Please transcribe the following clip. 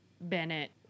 Bennett